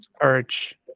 courage